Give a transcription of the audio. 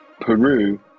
Peru